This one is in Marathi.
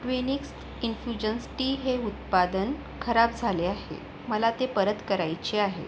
ट्विनिग्स इन्फ्यूजन्स टी हे उत्पादन खराब झाले आहे मला ते परत करायचे आहे